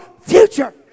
future